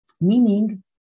meaning